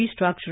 restructuring